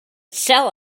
sell